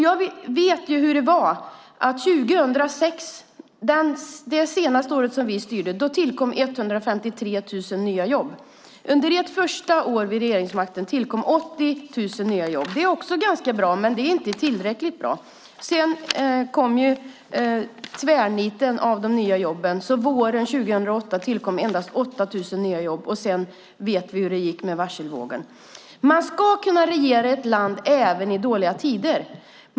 Jag vet hur det var. Under 2006, det senaste året vi styrde, tillkom 153 000 nya jobb. Under ert första år vid regeringsmakten tillkom 80 000 nya jobb. Det är också ganska bra, men det är inte tillräckligt bra. Sedan kom tvärniten i de nya jobben. Våren 2008 tillkom endast 8 000 nya jobb, och sedan vet vi hur det gick med varselvågen. Man ska kunna regera ett land även i dåliga tider.